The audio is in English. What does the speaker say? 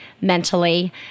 mentally